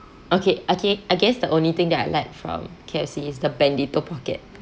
okay okay I guess the only thing that I like from K_F_C is the bandito pockett